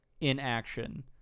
inaction